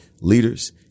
leaders